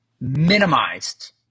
minimized